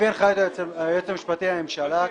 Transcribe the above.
לפי הנחיית היועץ המשפטי לממשלה,